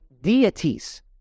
deities